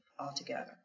altogether